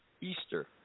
Easter